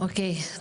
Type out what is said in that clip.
אוקי,